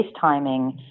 FaceTiming